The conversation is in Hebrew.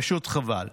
פשוט חבל.